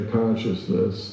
consciousness